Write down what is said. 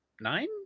nine